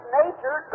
nature